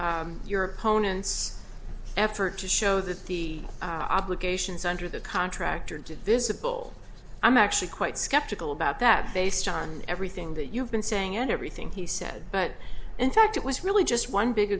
to your opponent's effort to show that the obligations under the contractor did visible i'm actually quite skeptical about that based on everything that you've been saying and everything he said but in fact it was really just one big